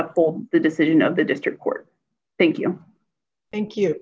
all the decision of the district court thank you thank you